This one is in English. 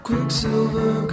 Quicksilver